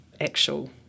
actual